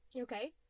okay